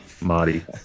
Marty